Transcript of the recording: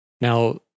Now